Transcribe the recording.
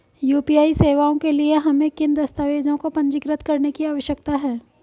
UPI सेवाओं के लिए हमें किन दस्तावेज़ों को पंजीकृत करने की आवश्यकता है?